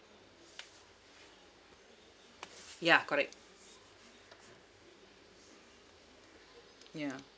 ya correct yeah